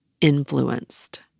influenced